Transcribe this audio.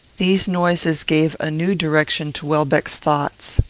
these noises gave a new direction to welbeck's thoughts.